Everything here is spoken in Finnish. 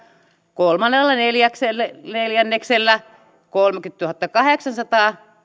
kolmannella neljänneksellä kolmekymmentätuhattakahdeksansataa